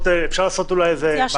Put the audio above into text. אפשר לעשות אולי איזה מהלך --- אני מציעה